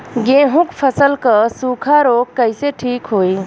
गेहूँक फसल क सूखा ऱोग कईसे ठीक होई?